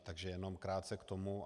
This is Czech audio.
Takže jenom krátce k tomu.